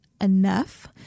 enough